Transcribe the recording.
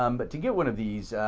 um but to get one of these